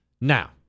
Now